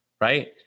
Right